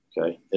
Okay